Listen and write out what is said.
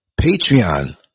Patreon